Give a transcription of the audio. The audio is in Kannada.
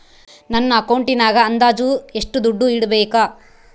ನನ್ನ ಅಕೌಂಟಿನಾಗ ಅಂದಾಜು ಎಷ್ಟು ದುಡ್ಡು ಇಡಬೇಕಾ?